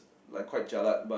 like quite jialat but